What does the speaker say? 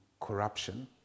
corruption